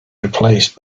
replaced